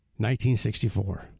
1964